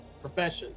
profession